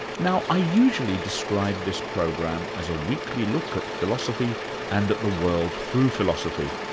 now i usually describe this program as a weekly look at philosophy and at the world through philosophy,